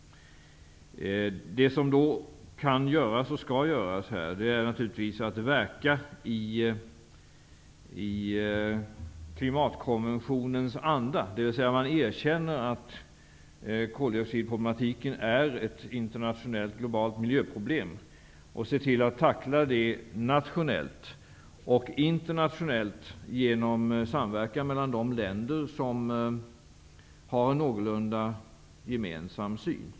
Det som kan, och skall, göras är naturligtvis att man verkar i klimatkonventionens anda -- dvs. att man erkänner att koldioxidproblematiken är ett internationellt, globalt, miljöproblem och att man ser till att det tacklas nationellt och även internationellt genom samverkan mellan de länder som har en någorlunda gemensam syn.